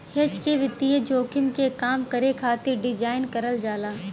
hedge के वित्तीय जोखिम के कम करे खातिर डिज़ाइन करल जाला